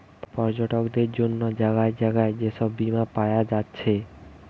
পর্যটকদের জন্যে জাগায় জাগায় যে সব বীমা পায়া যাচ্ছে